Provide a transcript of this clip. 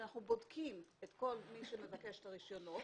כשאנחנו בודקים את כל מי שמבקש רישיונות,